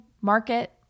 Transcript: market